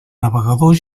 navegador